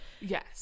Yes